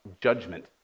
judgment